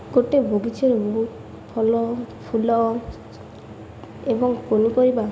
ଗୋଟେ ବଗିଚାରେ ମୁଁ ଫଳ ଫୁଲ ଏବଂ ପନିପରିବା